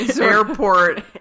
airport